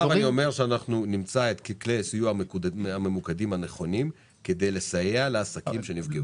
עכשיו נמצא את כלי הסיוע הממוקדים והנכונים כדי לסייע לעסקים שנפגעו.